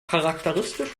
charakteristisch